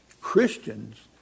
Christians